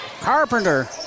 Carpenter